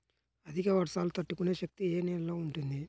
అధిక వర్షాలు తట్టుకునే శక్తి ఏ నేలలో ఉంటుంది?